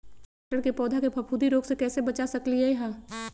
टमाटर के पौधा के फफूंदी रोग से कैसे बचा सकलियै ह?